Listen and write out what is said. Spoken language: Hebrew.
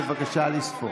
בבקשה לספור.